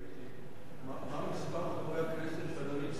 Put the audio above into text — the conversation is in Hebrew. תהיתי: מה מספר חברי הכנסת שאדוני ציין שביקשו את הדיון?